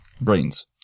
brains